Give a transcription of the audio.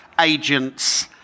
agents